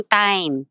time